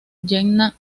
jenna